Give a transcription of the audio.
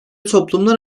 toplumlar